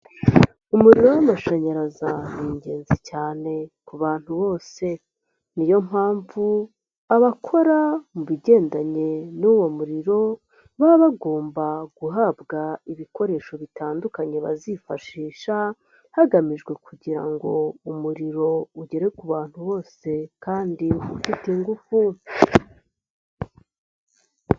Umuriro w'amashanyaraza ni ingenzi cyane ku bantu bose. Niyo mpamvu abakora mu bigendanye n'uwo muriro, baba bagomba guhabwa ibikoresho bitandukanye bazifashisha, hagamijwe kugira ngo umuriro ugere ku bantu bose kandi ufite ingufu.